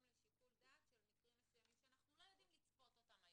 לשיקול דעת של מקרים שאנחנו לא יכולים לצפות אותם היום.